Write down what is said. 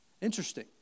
Interesting